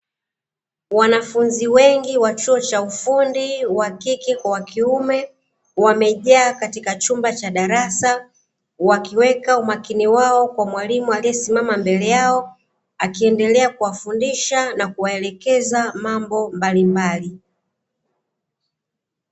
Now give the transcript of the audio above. Wanafunzi wengi wa chuo cha ufundi, wa kike kwa wa kiume wamejaa katika chumba cha darasa, wakiweka umakini wao kwa mwalimu aliyesimama mbele yao, akiendelea kuwafundisha na kuwaelekeza mambo mbalimbali.